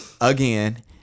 again